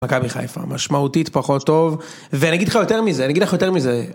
מכבי חיפה משמעותית פחות טוב ואני אגיד לך יותר מזה אני אגיד לך יותר מזה.